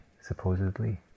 supposedly